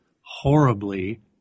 horribly